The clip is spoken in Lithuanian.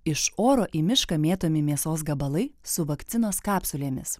iš oro į mišką mėtomi mėsos gabalai su vakcinos kapsulėmis